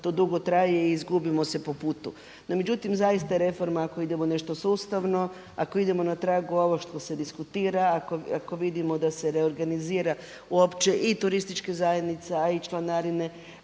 to dugo traje i izgubimo se po putu. No međutim zaista reforma ako idemo nešto sustavno, ako idemo na tragu ovoga što se diskutira, ako vidimo da se reorganizira uopće i turistička zajednica, a i članarine